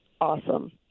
awesome